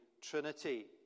Trinity